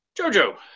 JoJo